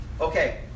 Okay